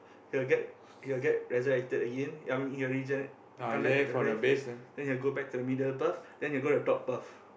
he'll get he'll get resurrected Again I mean he'll regenerate come back alive then he'll go back to the middle above then he'll go to the top path